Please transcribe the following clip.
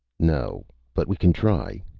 no. but we can try.